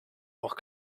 auch